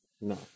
no